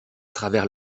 travers